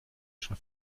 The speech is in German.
schon